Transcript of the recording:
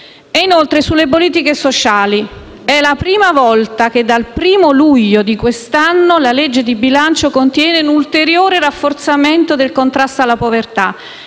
Inoltre, sulle politiche sociali è la prima volta che - dal 1° luglio di quest'anno - la legge di bilancio prevede un ulteriore rafforzamento del contrasto alla povertà: